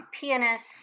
pianist